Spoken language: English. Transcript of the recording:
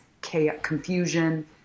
confusion